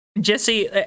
Jesse